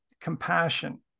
Compassion